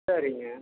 சரிங்க